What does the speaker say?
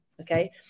okay